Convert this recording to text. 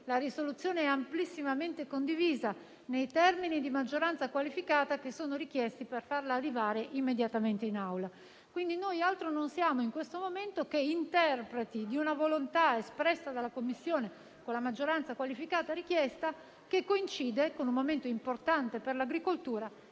la risoluzione è amplissimamente condivisa, nei termini di maggioranza qualificata richiesti per farla arrivare immediatamente in Aula. Altro non siamo quindi, in questo momento, che interpreti di una volontà espressa dalla Commissione, con la maggioranza qualificata richiesta, che coincide con un momento importante per l'agricoltura